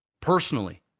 personally